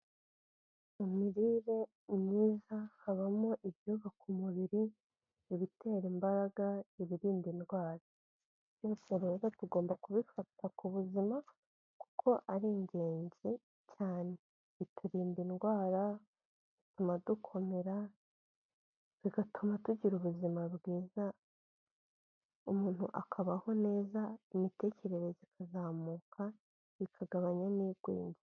Mu mirire myiza habamo ibyuyubak'umubiri, ibitera imbaraga, ibirinda indwara. Byose rero tugomba kubifata ku buzima, kuko ari ingenzi cyane. Biturinda indwara, bituma dukomera, bigatuma tugira ubuzima bwiza, umuntu akabaho neza, imitekerereze ikazamuka, bikagabanya n'igwingira.